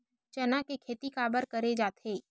चना के खेती काबर करे जाथे?